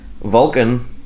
vulcan